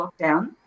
lockdown